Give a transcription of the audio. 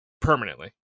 Permanently